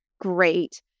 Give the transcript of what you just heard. great